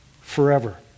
forever